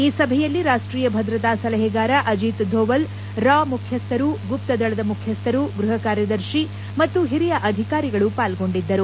ಈ ಸಭೆಯಲ್ಲಿ ರಾಷ್ಷೀಯ ಭದ್ರತಾ ಸಲಹೆಗಾರ ಅಜಿತ್ ಧೋವೆಲ್ ರಾ ಮುಖ್ಯಸ್ಥರು ಗುಪ್ತದಳದ ಮುಖ್ಯಸ್ಥರು ಗೃಹ ಕಾರ್ಯದರ್ಶಿ ಮತ್ತು ಹಿರಿಯ ಅಧಿಕಾರಿಗಳು ಪಾಲ್ಗೊಂಡಿದ್ದರು